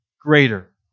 greater